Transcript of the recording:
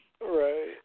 Right